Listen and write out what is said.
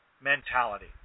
mentality